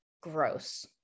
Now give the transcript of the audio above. Gross